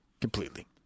completely